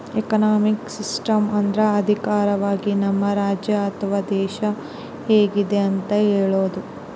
economic system ಅಂದ್ರ ಆರ್ಥಿಕವಾಗಿ ನಮ್ ರಾಜ್ಯ ಅಥವಾ ದೇಶ ಹೆಂಗಿದೆ ಅಂತ ಹೇಳೋದು